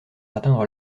atteindre